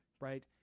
right